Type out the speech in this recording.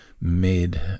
made